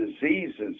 diseases